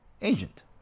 agent